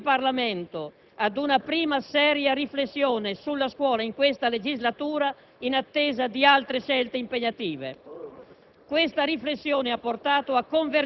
un confronto che ha portato tutto il Parlamento ad una prima, seria riflessione sulla scuola in questa legislatura, in attesa di altre scelte impegnative.